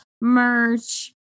merch